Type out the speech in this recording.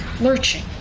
lurching